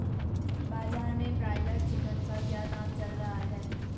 बाजार में broiler chicken का क्या दाम चल रहा है?